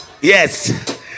Yes